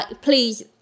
please